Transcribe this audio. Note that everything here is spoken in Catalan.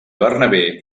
bernabé